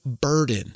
burden